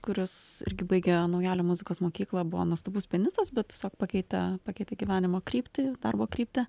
kuris irgi baigė naujalio muzikos mokyklą buvo nuostabus pianistas bet tiesiog pakeitė pakeitė gyvenimo kryptį darbo kryptį